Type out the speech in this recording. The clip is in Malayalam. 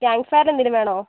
ക്യാമ്പ് ഫയർ എന്തേലും വേണോ